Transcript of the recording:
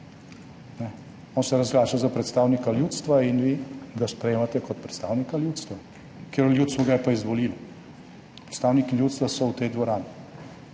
On se je razglašal za predstavnika ljudstva in vi ga sprejemate kot predstavnika ljudstva. Katero ljudstvo ga je pa izvolilo? Predstavniki ljudstva so v tej dvorani.